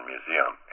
Museum